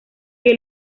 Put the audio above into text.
que